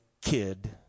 kid